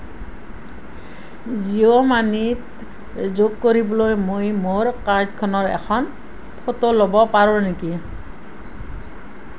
জিঅ ' মানিত যোগ কৰিবলৈ মই মোৰ কাৰ্ডখনৰ এখন ফটো ল'ব পাৰোঁ নেকি